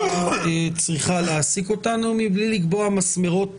צריכה להעסיק אותנו מבלי לקבוע מסמרות